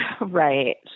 Right